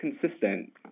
consistent